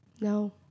No